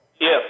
Yes